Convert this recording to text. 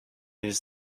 his